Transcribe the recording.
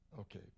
Okay